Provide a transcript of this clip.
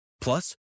Plus